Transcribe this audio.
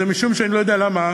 היא משום שאני לא יודע למה,